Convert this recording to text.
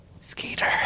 Skeeter